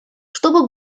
чтобы